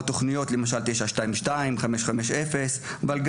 כמו באמצעות תוכנית 922 ותוכנית 550. אבל במידה